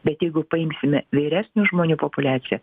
bet jeigu paimsime vyresnių žmonių populiaciją